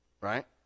right